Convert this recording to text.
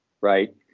right